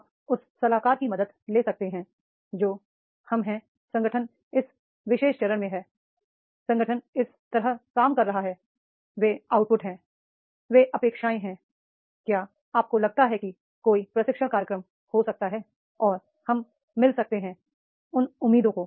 आप उस सलाहकार की मदद ले सकते हैं जो हम हैं संगठन इस विशेष चरण में है संगठन इस तरह काम कर रहा है ये आउटपुट हैं ये अपेक्षाएं हैं क्या आपको लगता है कि कोई प्रशिक्षण कार्यक्रम हो सकता है और हम मिल सकते हैं उन उम्मीदों